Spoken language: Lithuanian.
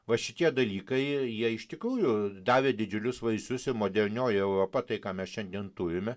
va šitie dalykai jie iš tikrųjų davė didžiulius vaisius ir modernioji europa tai ką mes šiandien turime